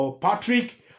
Patrick